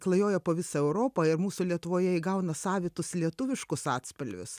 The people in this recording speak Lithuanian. klajoja po visą europą ir mūsų lietuvoje įgauna savitus lietuviškus atspalvius